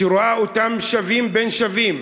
שרואה אותם שווים בין שווים,